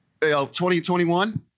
2021